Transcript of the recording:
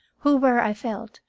who were, i felt,